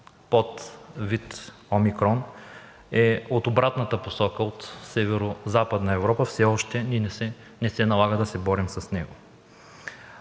подвид Омикрон е от обратната посока – от Северозападна Европа, все още не се налага да се борим с него.